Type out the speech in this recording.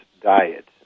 diet